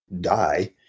die